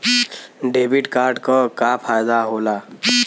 Debit card क का फायदा हो ला?